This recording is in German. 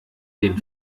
den